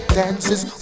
dances